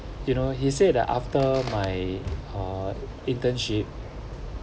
you know he said that after my uh internship